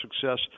success